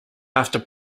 after